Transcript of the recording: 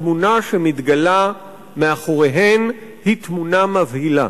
התמונה שמתגלה מאחוריהן היא תמונה מבהילה.